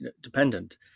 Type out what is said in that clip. dependent